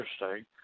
interesting